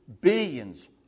billions